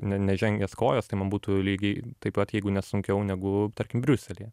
ne nežengęs kojos tai man būtų lygiai taip pat jeigu ne sunkiau negu tarkim briuselyje